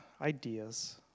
ideas